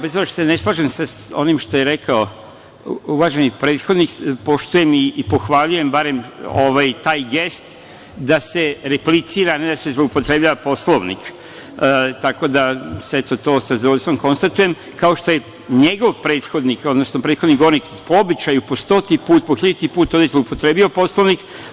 Bez obzira što se ne slažem sa onim što je rekao uvaženi prethodnik, poštujem i pohvaljujem barem taj gest da se replicira, a ne da se zloupotrebljava Poslovnik, tako da to sa zadovoljstvom konstatujem, kao što je njegov prethodnik, odnosno prethodni govornik, po običaju, po stoti put, po hiljaditi put, ovde zloupotrebio Poslovnik.